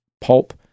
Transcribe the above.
Pulp